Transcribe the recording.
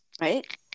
Right